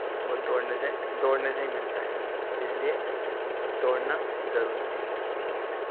وہ دوڑنے سے دوڑنے سے ہی ملتا ہے اس لیے دوڑنا ضروری ہے